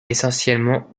essentiellement